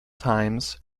times